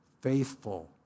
Faithful